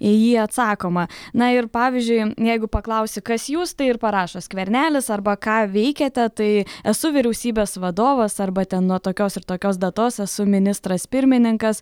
į jį atsakoma na ir pavyzdžiui jeigu paklausi kas jūs tai ir parašo skvernelis arba ką veikiate tai esu vyriausybės vadovas arba ten nuo tokios ir tokios datos esu ministras pirmininkas